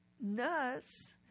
nuts